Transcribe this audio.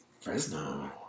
Fresno